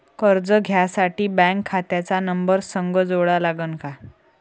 कर्ज घ्यासाठी बँक खात्याचा नंबर संग जोडा लागन का?